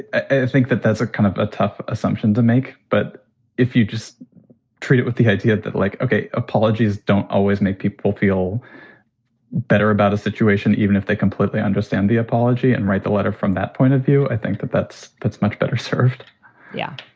i think that that's a kind of a tough assumption to make. but if you just treat it with the idea that, like, ok, apologies don't always make people feel better about a situation, even if they completely understand the apology and write the letter from that point of view. i think that that's that's much better served yeah,